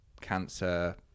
cancer